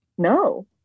No